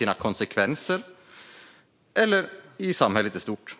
i konsekvenserna av vad den gör eller i samhället i stort.